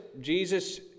Jesus